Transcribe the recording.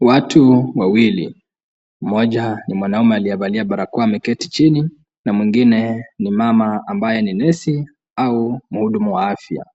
Watu wawili, mmoja ni mwanaume aliyevalia barakoa ameketi chini, na mwingine ni mama ambaye ni nesi au mhudumu wa afya.